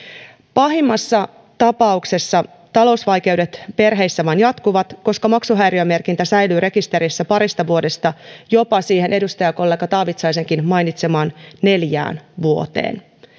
pahimmassa tapauksessa talousvaikeudet perheissä vain jatkuvat koska maksuhäiriömerkintä säilyy rekisterissä parista vuodesta jopa siihen edustajakollega taavitsaisenkin mainitsemaan neljään vuoteen